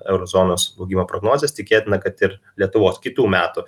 euro zonos augimo prognozes tikėtina kad ir lietuvos kitų metų